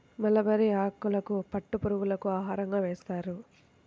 mulberry ఆకులను పట్టు పురుగులకు ఆహారంగా వేస్తారు